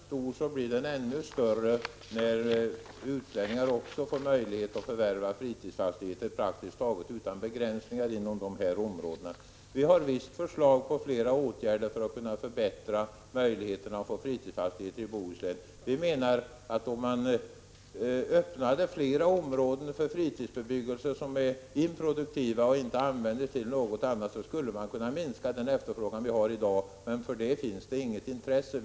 Fru talman! Om efterfrågan är stor nu, blir den ännu större när också utlänningar får möjlighet att förvärva fritidsfastigheter inom de här områdena praktiskt taget utan begränsningar. Vi har visst förslag på flera åtgärder för att förbättra möjligheterna att förvärva fritidsfastigheter i Bohuslän. Vi menar att om man öppnade flera områden, som är improduktiva och inte används för något annat, för fritidsbebyggelse, skulle man kunna minska den efterfrågan vi har i dag — men för detta finns det inget intresse.